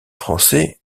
français